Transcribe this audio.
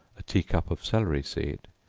a tea-cup of celery seed,